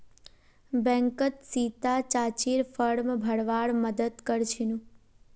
बैंकत सीता चाचीर फॉर्म भरवार मदद कर छिनु